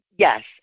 Yes